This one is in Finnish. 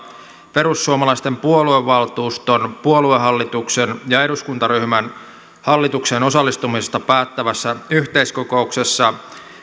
perussuomalaisten puoluevaltuuston puoluehallituksen ja eduskuntaryhmän hallitukseen osallistumisesta päättävässä yhteiskokouksessa